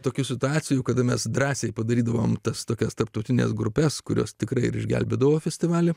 tokių situacijų kada mes drąsiai padarydavome tas tokias tarptautines grupes kurios tikrai ir išgelbėdavo festivalį